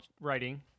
writing